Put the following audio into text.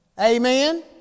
Amen